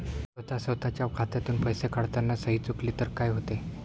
स्वतः स्वतःच्या खात्यातून पैसे काढताना सही चुकली तर काय होते?